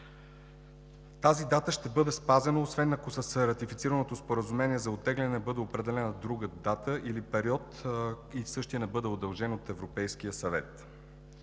Тази дата ще бъде спазена, освен ако с ратифицираното споразумение за оттегляне не бъде определена друга дата или период и същият не бъде удължен от Европейския съвет.